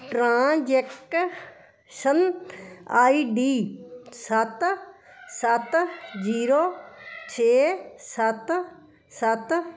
transaction I D ਸੱਤ ਸੱਤ zero ਛੇ ਸੱਤ ਸੱਤ